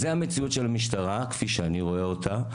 זאת המציאות של המשטרה כפי שאני רואה אותה.